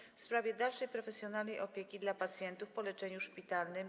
Pytanie w sprawie dalszej profesjonalnej opieki dla pacjentów po leczeniu szpitalnym.